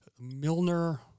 Milner